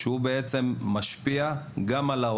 את האופן שבו הם משפיעים על המצב לפי רצונם